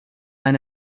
eine